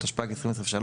התשפ"ג 2023,